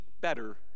better